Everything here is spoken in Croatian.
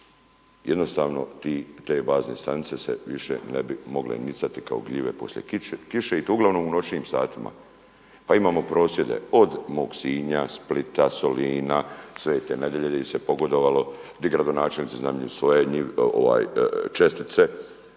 Jednostavno, te bazne stanice se više ne bi mogle nicati kao gljive poslije kiše i to uglavnom u noćnim satima, pa imamo prosvjede od mog Sinja, Splita, Solina, Svete Nedjelje gdje se pogodovalo gdje gradonačelnici …/Govornik se